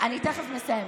אני תכף מסיימת.